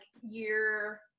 year